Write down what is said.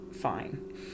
fine